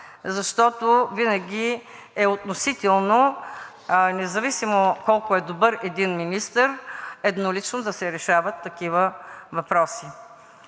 защото винаги е относително, независимо колко е добър, един министър еднолично да решава такива въпроси.